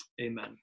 amen